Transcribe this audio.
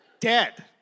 Dead